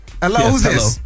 Hello